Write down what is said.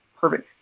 Perfect